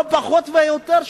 לא פחות ולא יותר,